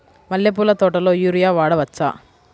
మల్లె పూల తోటలో యూరియా వాడవచ్చా?